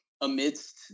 amidst